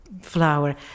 flower